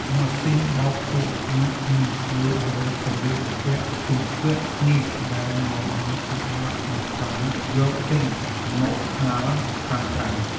ម៉ាស៊ីនបោកគក់អាចនឹងធ្វើឱ្យសម្លៀកបំពាក់ជំពាក់គ្នាដែលនាំឱ្យពិបាកក្នុងការយកចេញមកហាលខាងក្រៅ។